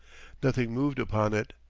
nothing moved upon it.